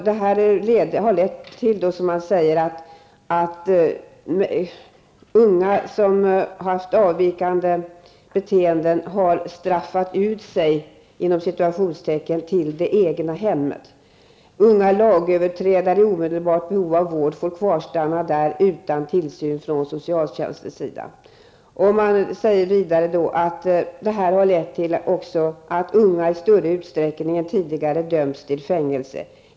Detta har lett till, som man säger, att unga människor som haft avvikande beteenden har straffat ut sig ''till det egna hemmet''. Unga lagöverträdare i behov av vård får kvarstanna där utan tillsyn från socialtjänsten. JO konstaterar vidare att det här har lett till att unga i större utsträckning än tidigare döms till fängelse.